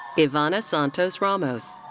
ivanna santos ramos.